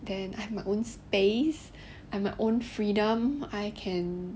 then I have my own space I have my own freedom I can